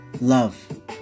Love